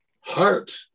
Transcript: heart